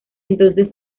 entonces